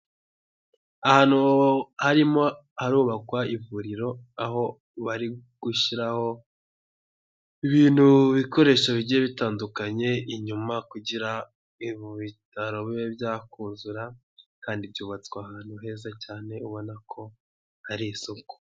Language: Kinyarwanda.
Ahantu arimo harubakwa ivuriro aho bari gushyiraho ibintu ibikoresho bigiye bitandukanye inyuma kugira ibi bitaro bibe byakuzura kandi byubatswe ahantu heza cyane ubona ko hari isuku.